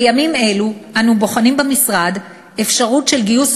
בימים אלו אנו בוחנים במשרד אפשרות של גיוס